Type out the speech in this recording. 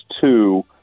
two